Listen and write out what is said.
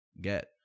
get